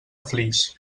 flix